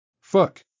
Fuck